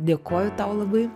dėkoju tau labai